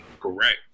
Correct